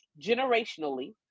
generationally